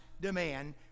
demand